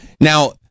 Now